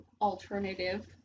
alternative